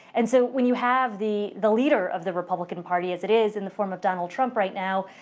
and so when you have the the leader of the republican party, as it is, in the form of donald trump right now,